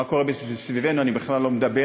על מה שמה קורה סביבנו אני בכלל לא מדבר,